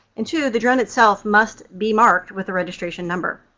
and, two, the drone itself must be marked with the registration number.